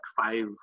five